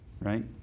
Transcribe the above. Right